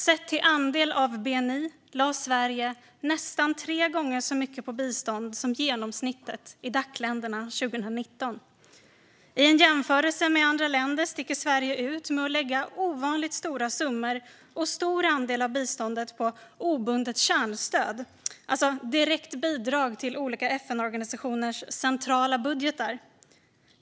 Sett till andel av bni lade Sverige 2019 nästan tre gånger så mycket på bistånd som genomsnittet i Dac-länderna. I en jämförelse med andra länder sticker Sverige ut genom att lägga ovanligt stora summor och stor andel av biståndet på obundet kärnstöd, alltså direkt bidrag till olika FN-organisationers centrala budgetar.